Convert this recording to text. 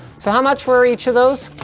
so how much were each of those?